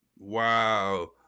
Wow